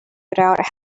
without